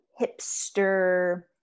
hipster